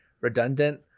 redundant